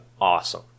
awesome